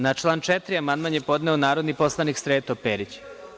Na član 4. amandman je podneo narodni poslanik Sreto Perić.